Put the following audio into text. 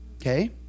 okay